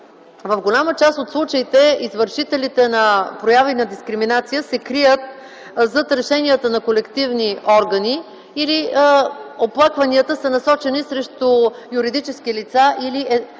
В голяма част от случаите извършителите на прояви на дискриминация се крият зад решенията на колективни органи или оплакванията са насочени срещу юридически лица или еднолични